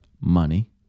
Money